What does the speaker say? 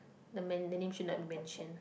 the man the name she like to mention